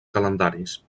calendaris